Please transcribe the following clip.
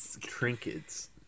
trinkets